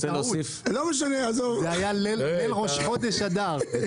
בטעות, זה היה ליל ראש חודש אדר.